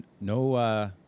no